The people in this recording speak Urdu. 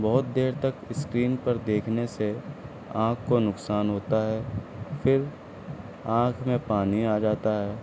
بہت دیر تک اسکرین پر دیکھنے سے آنکھ کو نقصان ہوتا ہے پھر آنکھ میں پانی آ جاتا ہے